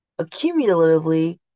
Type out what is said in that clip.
accumulatively